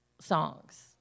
songs